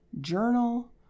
journal